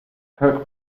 kirk